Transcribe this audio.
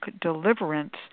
Deliverance